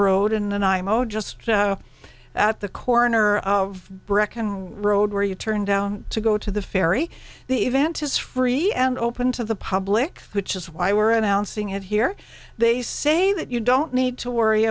road and imo just at the corner of brecken road where you turn down to go to the ferry the event is free and open to the public which is why we're announcing it here they say that you don't need to worry